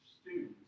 students